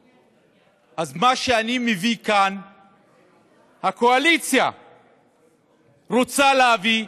אז את מה שאני מביא כאן הקואליציה רוצה להביא,